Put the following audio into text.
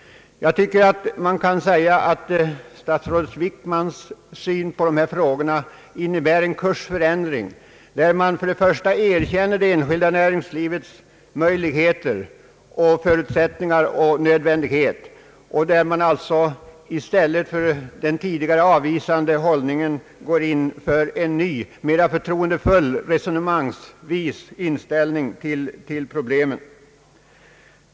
Jag tycker man kan säga att statsrådet Wickmans syn på dessa frågor innebär en kursförändring. Man erkänner till att börja med det enskilda näringslivets möjligheter och förutsättningar och nödvändighet. I stället för den tidigare avvisande hållningen, går man in för ett mera förtroendefullt resonemang om problemen.